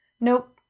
Nope